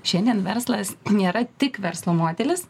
šiandien verslas nėra tik verslo modelis